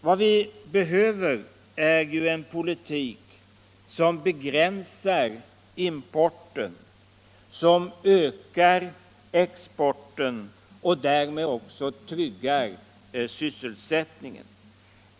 Vad vi behöver är emellertid en politik som begränsar importen, som ökar exporten och därmed också tryggar sysselsättningen.